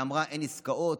ואמרה: אין עסקאות.